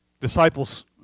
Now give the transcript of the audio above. Disciples